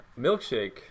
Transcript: milkshake